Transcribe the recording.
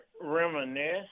reminisce